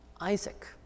Isaac